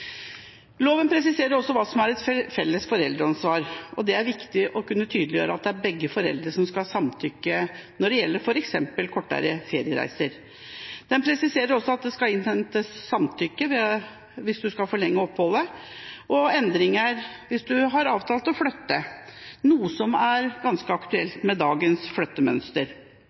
Loven presiserer hva som er et felles foreldreansvar. Dette er viktig for å kunne tydeliggjøre at det er begge foreldre som skal samtykke når det gjelder f.eks. kortere feriereiser. Den presiserer også at det skal innhentes samtykke ved forlengelse av opphold og ved endringer hvis man har avtalt å flytte – noe som er ganske